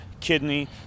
kidney